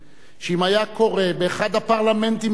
שאם היה קורה באחד הפרלמנטים בעולם